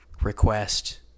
request